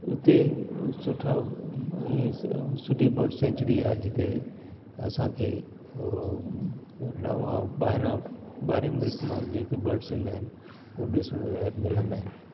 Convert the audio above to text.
उते सुठा इहा सुठी बड सेंचुरी आहे जिते असांखे नवा ॿाहिरां ॿाहिरें मुल्क मां बि जेके बड्स ईंदा आहिनि उहा लाइ मिलंदा आहिनि